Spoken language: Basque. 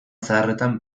zaharretan